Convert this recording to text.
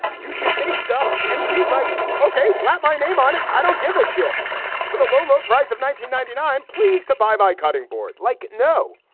you should make stuff. and she's like, okay, slap my name on it. i don't give a shit for the low, low price of nineteen ninety nine. i'm pleased to buy my cutting board like no.